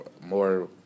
more